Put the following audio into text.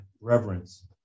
reverence